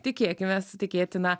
tikėkimės tikėtina